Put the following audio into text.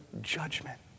judgment